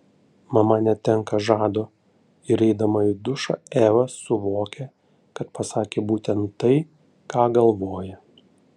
mama netenka žado ir eidama į dušą eva suvokia kad pasakė būtent tai ką galvoja